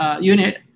Unit